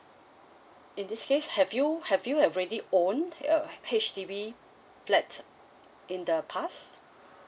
in this case have you have you have already own uh H_D_B flat in the past